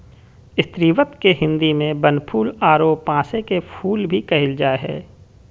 स्रीवत के हिंदी में बनफूल आरो पांसे के फुल भी कहल जा हइ